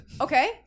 Okay